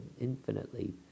infinitely